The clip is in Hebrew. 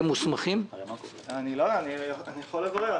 אני יכול לברר.